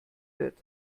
wird